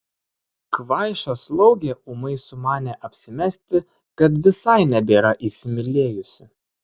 kvaiša slaugė ūmai sumanė apsimesti kad visai nebėra įsimylėjusi